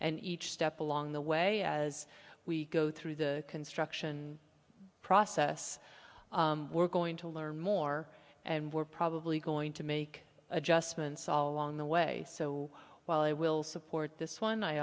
and each step along the way as we go through the construction process we're going to learn more and we're probably going to make adjustments all along the way so while i will support this one i